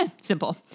Simple